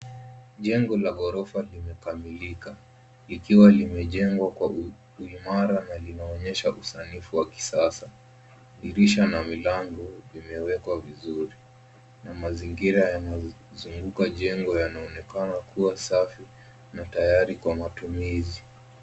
Jengo la ghorofa limekamilika ikiwa limejengwa kwa uimara na linaonyesha usanifu wa kisasa, dirisha na milango imewekwa vizuri na mazngira yamezenguka jengo yanaonekana kua safi na tayari kwa matumizi.